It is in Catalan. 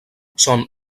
són